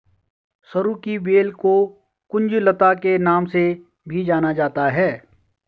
सरू की बेल को कुंज लता के नाम से भी जाना जाता है